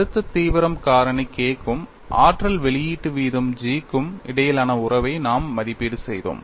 அழுத்த தீவிரம் காரணி K க்கும் ஆற்றல் வெளியீட்டு வீதம் G க்கும் இடையிலான உறவை நாம் மதிப்பீடு செய்தோம்